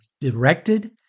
directed